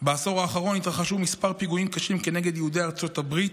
בעשור האחרון התרחשו כמה פיגועים קשים כנגד יהודי ארצות הברית,